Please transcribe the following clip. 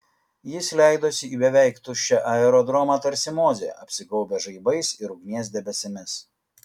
jis leidosi į beveik tuščią aerodromą tarsi mozė apsigaubęs žaibais ir ugnies debesimis